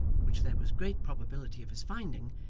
which there was great probability of his finding,